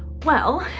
well,